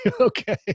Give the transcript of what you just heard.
Okay